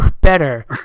better